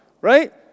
Right